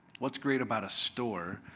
what's great about a store?